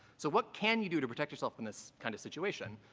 so what can you do to protect yourself from this kind of situation.